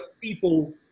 people